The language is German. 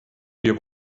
wir